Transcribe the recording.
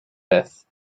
beth